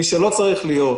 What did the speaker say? מי שלא צריך להיות